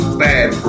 bad